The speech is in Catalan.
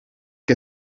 que